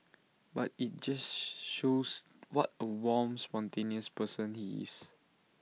but IT just shows what A warm spontaneous person he is